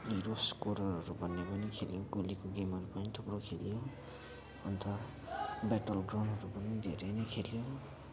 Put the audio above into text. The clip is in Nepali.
रोसकोरहरू भन्ने पनि खेलियो गोलीको गेमहरू पनि थुप्रो खेलियो अन्त ब्याटल ग्राउन्डहरू पनि धेरै नै खेलियो